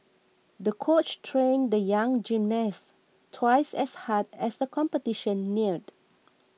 the coach trained the young gymnast twice as hard as the competition neared